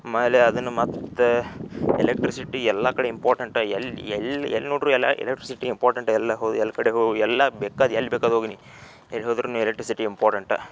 ಆಮೇಲೆ ಅದನ್ನ ಮತ್ತೆ ಎಲೆಕ್ಟ್ರಿಸಿಟಿ ಎಲ್ಲ ಕಡೆ ಇಂಪಾರ್ಟೆಂಟ ಎಲ್ಲ ಎಲ್ಲ ಎಲ್ಲ ನೋಡಿದ್ರೂ ಎಲ್ಲ ಎಲೆಕ್ಟ್ರಿಸಿಟಿ ಇಂಪಾರ್ಟೆಂಟ್ ಎಲ್ಲ ಹೋದರೂ ಎಲ್ಲ ಕಡೆ ಹೋ ಎಲ್ಲ ಬೇಕಾದ ಎಲ್ಲಿ ಬೇಕಾದರೂ ಹೋಗಿ ನೀನು ಎಲ್ಲ ಹೋದರೂ ಎಲೆಕ್ಟ್ರಿಸಿಟಿ ಇಂಪಾರ್ಟೆಂಟ